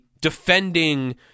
defending